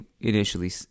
initially